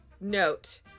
note